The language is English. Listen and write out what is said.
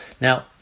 Now